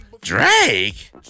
Drake